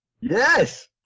Yes